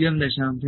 0